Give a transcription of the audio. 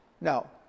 no